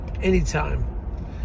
anytime